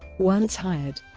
once hired,